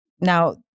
now